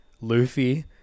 Luffy